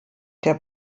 der